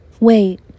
Wait